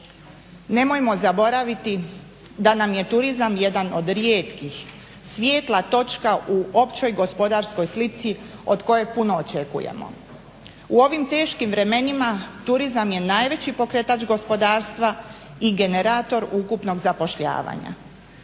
Nemojmo zaboraviti da nam je turizam jedan od rijetkih svijetla točka u općoj gospodarskoj slici od koje puno očekujemo. U ovim teškim vremenima turizam je najveći pokretač gospodarstva i generator ukupnog zapošljavanja.